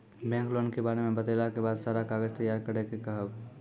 Bank loan के बारे मे बतेला के बाद सारा कागज तैयार करे के कहब?